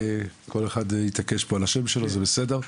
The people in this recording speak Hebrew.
כל אחד יתעקש פה על השם שלו זה בסדר.